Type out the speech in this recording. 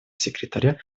секретаря